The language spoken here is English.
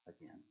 again